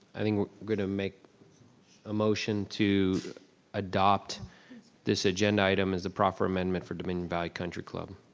i think we're gonna make a motion to adopt this agenda item as a proffer amendment for dominion valley country club.